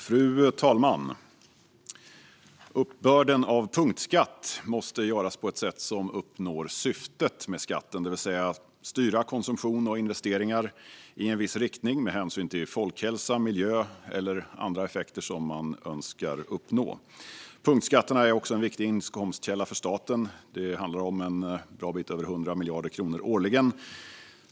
Fru talman! Uppbörden av punktskatt måste göras på ett sätt som uppnår syftet med skatten, det vill säga styra konsumtion och investeringar i en viss riktning med hänsyn till folkhälsa, miljö eller andra effekter som man kan önskar uppnå. Punktskatterna är också en viktig inkomstkälla för staten, för det handlar om en bra bit över 100 miljarder kronor årligen.